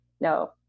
No